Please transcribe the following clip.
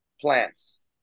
plants